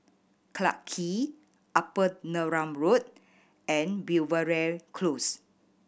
Clarke Quay Upper Neram Road and Belvedere Close